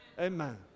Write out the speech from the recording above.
Amen